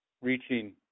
reaching